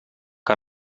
que